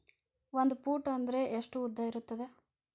ಒಂದು ಫೂಟ್ ಅಂದ್ರೆ ಎಷ್ಟು ಉದ್ದ ಇರುತ್ತದ?